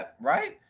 right